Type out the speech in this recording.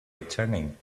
returning